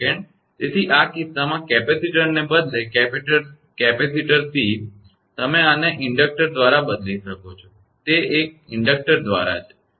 તેથી આ કિસ્સામાં કેપેસિટરને બદલે કેપેસિટર C તમે આને ઇન્ડક્ટર દ્વારા બદલી શકો છો તે એક ઇન્ડક્ટર દ્વારા છે